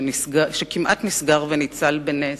שכמעט נסגר וניצל בנס.